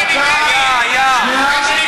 הליכוד של בני בגין, היה, שנייה.